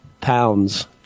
pounds